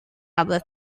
other